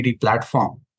platform